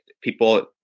People